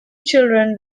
children